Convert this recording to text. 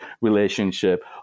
relationship